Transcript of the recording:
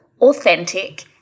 authentic